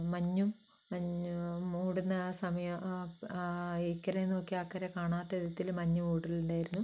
മഞ്ഞും മഞ്ഞു മൂടുന്ന ആ സമയം ഇക്കരയിൽനിന്ന് നോക്കിയാൽ അക്കരെ കാണാത്ത തരത്തിൽ മഞ്ഞ് മൂടലുണ്ടായിരുന്നു